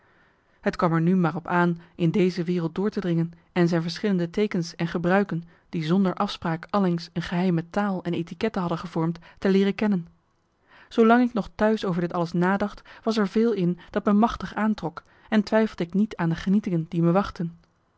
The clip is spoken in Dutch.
het kwam er nu maar op aan in deze wereld door te dringen en zijn verschillende teekens en gebruiken die zonder afspraak allengs een geheime taal en etikette hadden gevormd te leeren kennen zoolang ik nog t'huis over dit alles nadacht was er veel in dat me machtig aantrok en twijfelde ik niet aan de genietingen die me wachtten